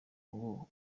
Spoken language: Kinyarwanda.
ngo